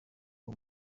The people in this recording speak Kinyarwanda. uwo